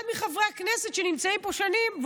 אחד מחברי הכנסת שנמצאים פה שנים,